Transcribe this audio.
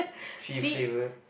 three flavour